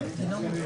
ננעלה